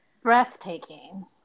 breathtaking